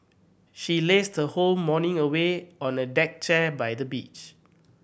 she lazed her whole morning away on a deck chair by the beach